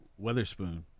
Weatherspoon